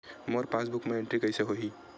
मोर passbook मा entry कइसे होही?